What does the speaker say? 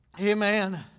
Amen